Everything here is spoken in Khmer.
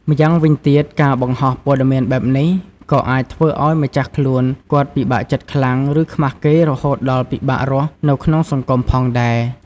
ម្យ៉ាងវិញទៀត ការបង្ហោះព័ត៌មានបែបនេះ ក៏អាចធ្វើឱ្យ ម្ចាស់ខ្លួន គាត់ ពិបាកចិត្តខ្លាំង ឬ ខ្មាសគេ រហូតដល់ ពិបាករស់នៅក្នុងសង្គម ផងដែរ។